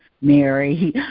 Mary